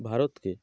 ভারতকে